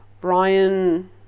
Brian